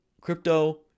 Crypto